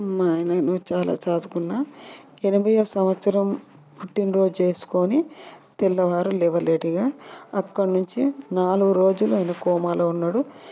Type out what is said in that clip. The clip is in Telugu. మా ఆయనను చాలా సాదుకున్న ఎనభైవ సంవత్సరం పుట్టినరోజు చేసుకొని తెల్లవారు లేవలేడు ఇగా అక్కడి నుంచి నాలుగు రోజులు ఆయన కోమాలో ఉన్నాడు